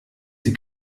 sie